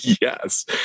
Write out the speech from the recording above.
Yes